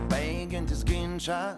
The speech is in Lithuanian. baigiantis ginčą